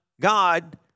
God